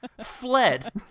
Fled